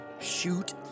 Shoot